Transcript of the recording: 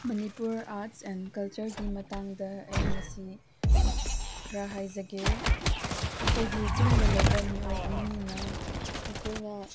Manipur arts and ꯀꯜꯆꯔꯒꯤ ꯃꯇꯥꯡꯗ ꯑꯩ ꯉꯁꯤ ꯈꯔ ꯍꯥꯏꯖꯒꯦ ꯑꯩꯈꯣꯏꯗꯤ ꯆꯤꯡꯗ ꯂꯩꯕ ꯃꯤꯑꯣꯏ ꯑꯃꯅꯤꯅ ꯑꯩꯈꯣꯏꯅ